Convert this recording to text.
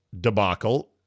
debacle